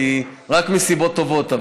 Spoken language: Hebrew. אבל רק מסיבות טובות,